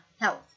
health